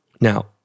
Now